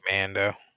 Mando